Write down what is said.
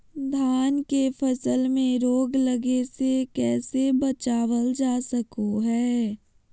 धान के फसल में रोग लगे से कैसे बचाबल जा सको हय?